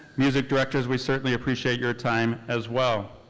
music directors, we certainly appreciate your time as well.